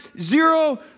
zero